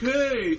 Okay